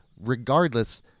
regardless